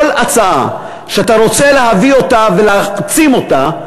כל הצעה שאתה רוצה להביא אותה ולהעצים אותה,